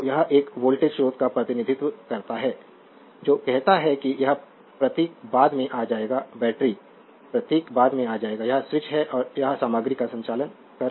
तो यह एक वोल्टेज स्रोत का प्रतिनिधित्व करता है जो कहता है कि यह प्रतीक बाद में आ जाएगा बैटरी प्रतीक बाद में आ जाएगा यह स्विच है और यह सामग्री का संचालन कर रहा है